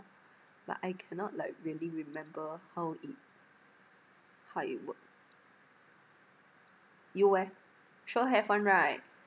but I cannot like really remember how it how it works you eh sure have [one] right